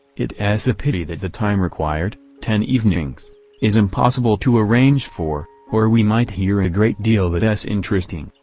it s a pity that the time required ten evenings is impossible to arrange for, or we might hear a great deal that s interesting.